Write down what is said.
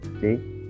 See